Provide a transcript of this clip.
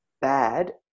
bad